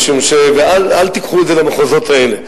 אל תיקחו את זה למחוזות האלה,